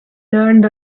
learned